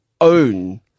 own